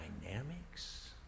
dynamics